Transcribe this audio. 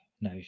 no